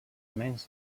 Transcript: menys